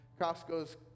Costco's